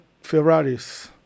ferraris